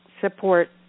support